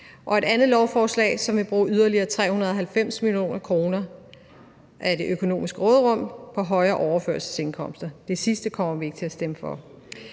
og et andet lovforslag, hvor man vil bruge yderligere 390 mio. kr. af det økonomiske råderum på højere overførselsindkomster. Det sidste kommer vi ikke til at stemme for.